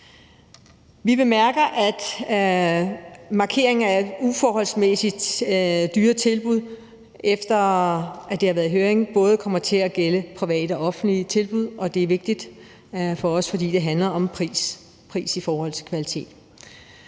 Vi bemærker, at markeringen af uforholdsmæssigt dyre tilbud, efter at det har været i høring, både kommer til at gælde private og offentlige tilbud, og det er vigtigt for os, fordi det handler om pris i forhold til kvalitet.